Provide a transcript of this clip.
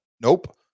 Nope